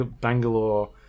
Bangalore